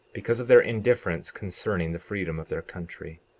because of their indifference concerning the freedom of their country.